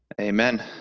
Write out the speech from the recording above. Amen